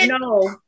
no